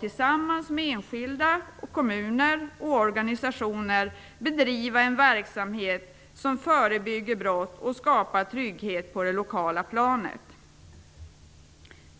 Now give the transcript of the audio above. tillsammans med enskilda kommuner och organisationer skall bedriva en verksamhet som förebygger brott och skapar trygghet på det lokala planet.